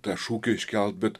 tą šūkį iškelt bet